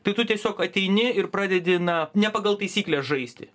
tai tu tiesiog ateini ir pradedi na ne pagal taisykles žaisti